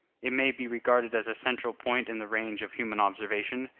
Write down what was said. it may be regarded as a central point in the range of human observation,